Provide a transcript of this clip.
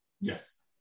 Yes